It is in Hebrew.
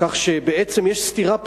כך שבעצם יש סתירה פנימית: